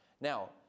Now